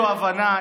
איזו הבנה,